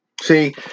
see